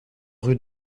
rue